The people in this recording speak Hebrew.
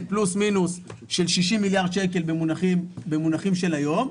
פלוס מינוס של 60 מיליארד שקל במונחים של היום.